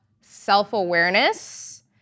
self-awareness